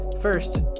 First